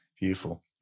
Beautiful